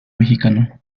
mexicano